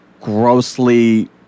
grossly